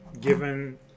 given